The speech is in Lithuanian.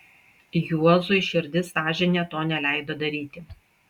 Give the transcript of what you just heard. juozui širdis sąžinė to neleido daryti